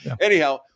Anyhow